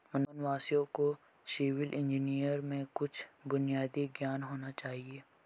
वनवासियों को civil engineering में कुछ बुनियादी ज्ञान होना चाहिए